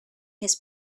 his